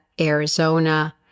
Arizona